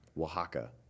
Oaxaca